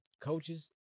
coaches